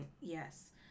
Yes